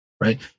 right